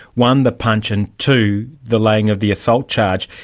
one, the punch, and two, the laying of the assault charge.